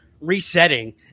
resetting